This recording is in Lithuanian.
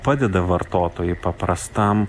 padeda vartotojui paprastam